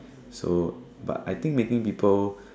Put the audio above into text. so but I think making people